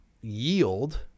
yield